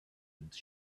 into